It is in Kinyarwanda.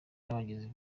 n’abagizi